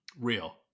real